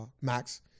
Max